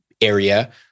area